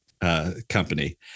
Company